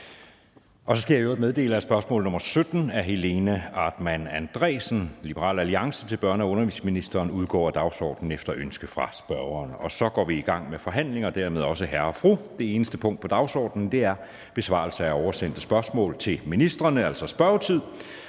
Så skal jeg i øvrigt meddele, at spørgsmål nr. 17 (spm. nr. S 126) af Helena Artmann Andresen (LA) til børne- og undervisningsministeren udgår af dagsordenen efter ønske fra spørgeren. Så går vi i gang med forhandlingen og dermed også hr. og fru. --- Det eneste punkt på dagsordenen er: 1) Besvarelse af oversendte spørgsmål til ministrene (spørgetid).